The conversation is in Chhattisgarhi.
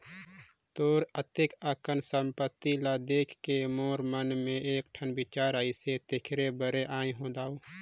तोर अतेक अकन संपत्ति ल देखके मोर मन मे एकठन बिचार आइसे तेखरे बर आये हो दाऊ